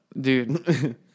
Dude